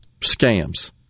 Scams